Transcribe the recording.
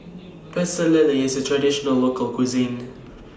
Pecel Lele IS A Traditional Local Cuisine